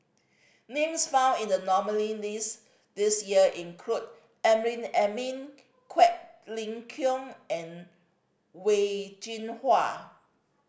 names found in the nominee list this year include Amrin Amin Quek Ling Kiong and Wen Jinhua